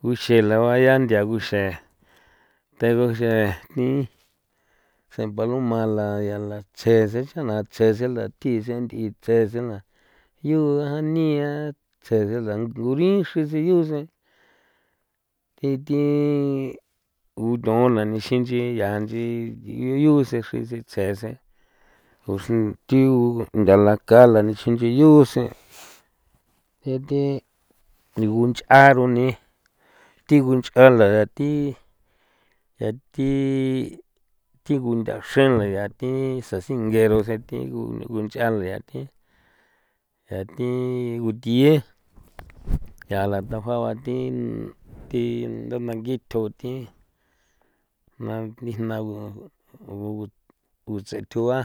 Nguxe la ba ya nthia nguxe te guxe jni sen paloma la yaa la tsje se ncha' na tsje se la thi se nth'i tsje se la yu a nia tsje se la nguri chrin xi yu sen thi thi guthon la nixin nchi ya nchi yu sen chri xi yu tsje sen o xr thigu nda la kala nixin nchi yu sen e the thigu nch'a rune thigu nch'a la ya thi ya thi thigu nda xreen la ya thi sasinge rusen thi gunch'a la ya thi ya thi guthiye yaa la tajua ba thi thi nda nangitho thi jna ni jna gu gu gu gutsethua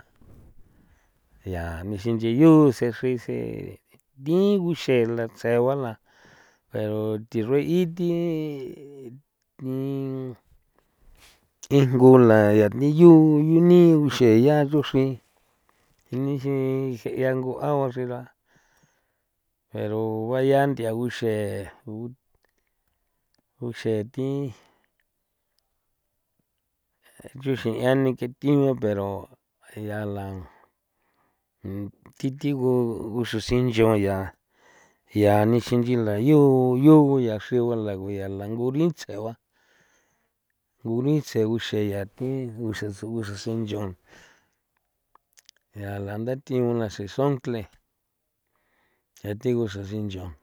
yaa nixi nche yu sen xri sen thi nguxe la tsegua la pero thi xri in thi injngu la ya thi yu yu nii guxe ya ruxin nixin je 'ia ngu a gua xela pero baya'a nth'ia guxe gu guxe thi nchuxe 'ian ni kje thigu ni pero yaa la thi thigu nguxi singio yaa ya nixin nchi la yu yu ya xri gua la guya la ngurits'e gua ngurits'e nguxe yaa thi gusaxen gusaxen nyon yaa la ntha thigun la cenzoncle yaa thi ngusaxen ch'on.